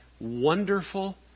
Wonderful